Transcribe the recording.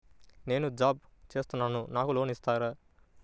నేను జాబ్ చేస్తున్నాను నాకు లోన్ ఇస్తారా?